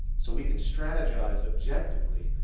so we can strategize objectively,